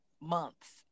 months